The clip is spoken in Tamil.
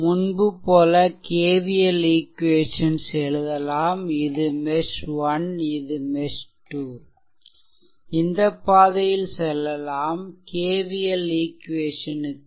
முன்புபோல KVL equations எழுதலாம் இது மெஷ்1 இது மெஷ்2 இந்த பாதையில் செல்லலாம் KVL ஈக்வேசன் க்கு